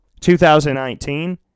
2019